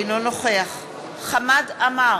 אינו נוכח חמד עמאר,